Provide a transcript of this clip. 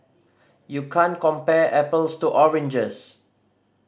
you can't compare apples to oranges